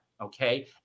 Okay